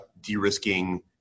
de-risking